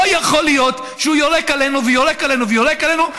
לא יכול להיות שהוא יורק עלינו ויורק עלינו ויורק עלינו,